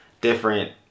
different